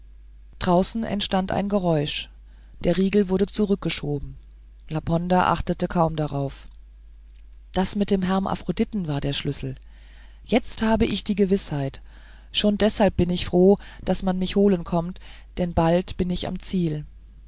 draußen entstand ein geräusch die riegel wurden zurückgeschoben laponder achtete kaum darauf das mit dem hermaphroditen war der schlüssel jetzt habe ich die gewißheit schon deshalb bin ich froh daß man mich holen kommt denn bald bin ich am ziel